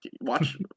watch